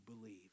believe